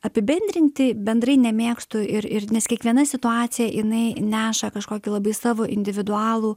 apibendrinti bendrai nemėgstu ir ir nes kiekviena situacija jinai neša kažkokį labai savo individualų